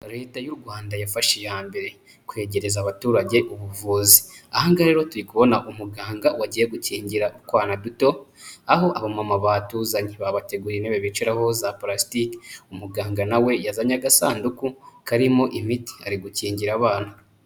Leta y'u Rwanda yafashe iya mbere kwegereza abaturage ubuvuzi. Aha ngaha rero turi kubona umuganga wagiye gukingira utwana duto, aho abamama batuzanye. Babateguriye intebe bicaraho za parasitiki. Umuganga na we yazanye agasanduku karimo imiti, ari gukingira abana.